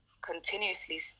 continuously